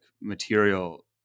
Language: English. material